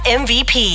mvp